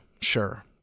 sure